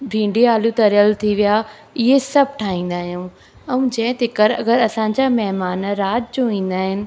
भिंडी आलू तरियल थी विया इहे सभु ठाहींदा आहियूं ऐं जंहिंते कर असांजा महिमान राति जो ईंदा आहिनि